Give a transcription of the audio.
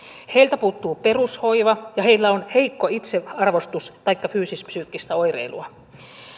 heiltä puuttuu perushoiva ja heillä on heikko itsearvostus taikka fyysis psyykkistä oireilua